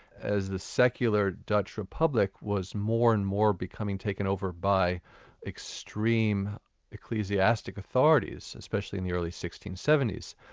as the secular dutch republic was more and more becoming taken over by extreme ecclesiastic authorities, especially in the early sixteen seventy s.